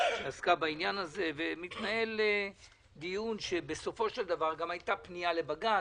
היא עסקה בעניין הזה ומתנהל דיון שבסופו של דבר גם הייתה פנייה לבג"ץ,